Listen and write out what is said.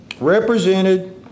represented